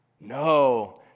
No